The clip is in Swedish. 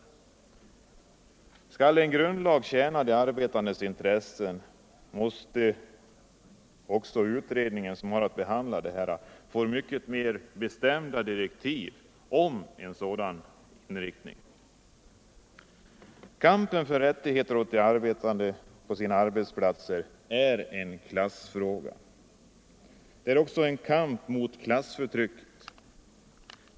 För att kunna utarbeta grundiagsbestämmelser som tjänar de arbetandes intressen måste också den utredning som har att behandla detta få mycket mer bestämda direktiv om en sådan inriktning. Kampen för rättigheter åt de arbetande på deras arbetsplatser är en klassfråga. Det är också en kamp mot klassförtrycket.